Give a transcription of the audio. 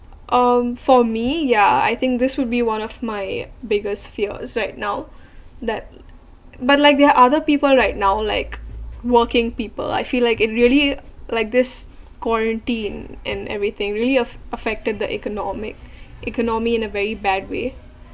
um for me ya I think this would be one of my biggest fear right now that but like there are other people right now like working people I feel like it really like this quarantine and everything really affect affected the economic economy in a very bad way